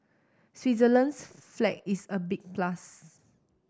Switzerland's flag is a big plus